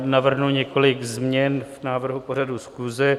Navrhnu několik změn k návrhu pořadu schůze.